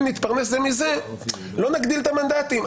אם נתפרס זה מזה, לא נגדיל את המנדטים.